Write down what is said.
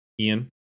Ian